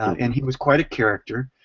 and he was quite a character.